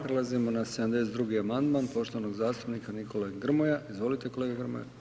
Prelazimo na 72. amandman poštovanog zastupnika Nikole Grmoja, izvolite kolega Grmoja.